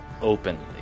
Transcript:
openly